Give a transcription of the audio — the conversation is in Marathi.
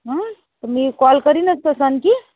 हा तर मी कॉल करीनच तसा आणखी